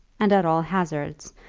and at all hazards,